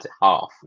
Half